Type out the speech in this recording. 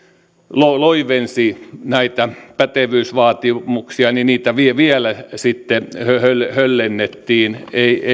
loivensi näitä pätevyysvaatimuksia niin niitä vielä sitten höllennettiin